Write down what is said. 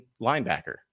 linebacker